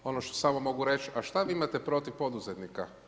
Ono što samo mogu reći, a što vi imate protiv poduzetnika?